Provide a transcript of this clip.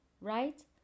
right